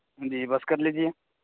جی بس کر لیجیے